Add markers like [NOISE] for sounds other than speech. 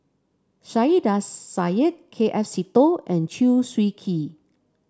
Saiedah [UNINTELLIGIBLE] Said K S Seetoh and Chew Swee Kee